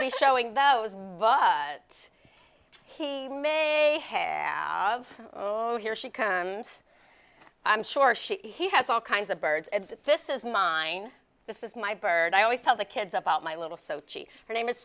to be showing that was it he may have own here she comes i'm sure she he has all kinds of birds and this is mine this is my bird i always tell the kids about my little sochi her name is